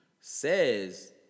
says